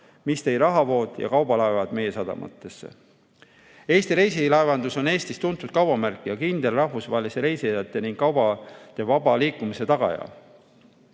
See tõi rahavood ja kaubalaevad meie sadamatesse. Eesti reisilaevandus on Eestis tuntud kaubamärk ja kindel rahvusvahelise reisijate ja kauba vaba liikumise tagaja.